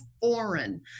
foreign